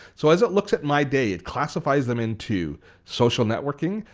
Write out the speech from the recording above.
so as it looks at my day, it classifies them into social networking,